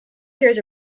hears